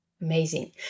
Amazing